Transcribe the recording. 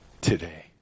today